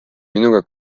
minuga